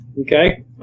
Okay